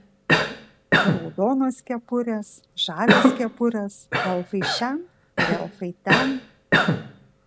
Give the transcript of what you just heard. raudonos kepurės žalios kepurės elfai šen ir elfai ten